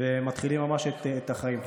ממש מתחילים את החיים.